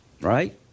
right